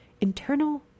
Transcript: internal